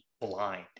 blind